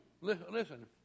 listen